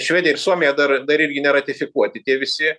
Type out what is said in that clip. švedija ir suomija dar dar irgi neratifikuoti tie visi